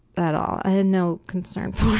at all, i had no concern for it,